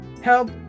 help